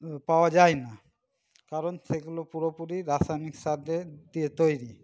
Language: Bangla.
পাওয়া যায় না কারণ সেগুলো পুরোপুরি রাসায়নিক সার দিয়ে দিয়ে তৈরি